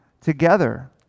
together